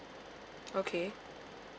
okay